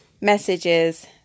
messages